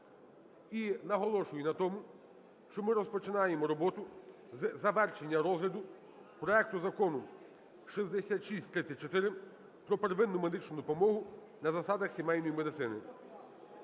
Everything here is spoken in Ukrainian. І наголошую на тому, що ми розпочинаємо роботу з завершення розгляду проект Закону 6634 про первинну медичну допомогу на засадах сімейної медицини.